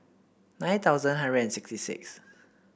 nine thousand hundred and sixty six